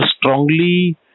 strongly